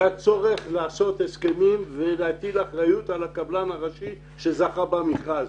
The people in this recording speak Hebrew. זה הצורך לעשות הסכמים ולהטיל אחריות על הקבלן הראשי שהיה במכרז.